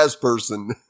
person